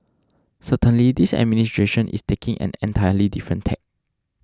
certainly this administration is taking an entirely different tack